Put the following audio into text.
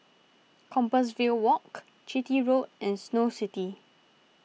Compassvale Walk Chitty Road and Snow City